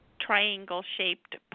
triangle-shaped